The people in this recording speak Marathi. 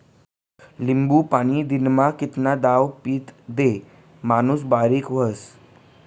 लिंबूनं पाणी दिनमा कितला दाव पीदं ते माणूस बारीक व्हस?